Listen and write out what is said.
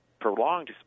prolonged